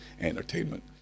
Entertainment